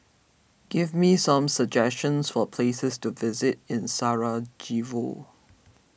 give me some suggestions for places to visit in Sarajevo